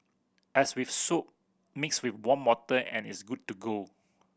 as with soap mix with warm water and it's good to go